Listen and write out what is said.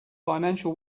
financial